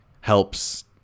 helps